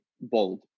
bold